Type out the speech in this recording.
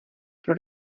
pro